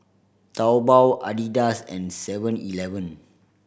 Taobao Adidas and Seven Eleven